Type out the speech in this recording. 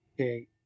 Okay